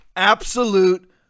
absolute